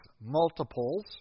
Multiples